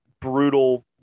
brutal